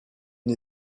une